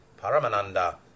Paramananda